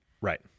Right